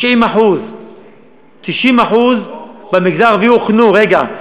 90%. ל-90% במגזר הערבי הוכנו, רגע.